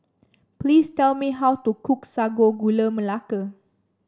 please tell me how to cook Sago Gula Melaka